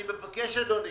אני מבקש, אדוני,